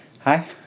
Hi